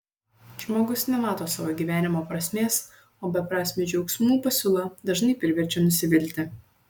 žmogus nemato savo gyvenimo prasmės o beprasmių džiaugsmų pasiūla dažnai priverčia nusivilti